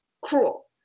cruel